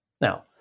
Now